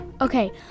okay